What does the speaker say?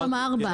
ארבע.